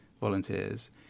volunteers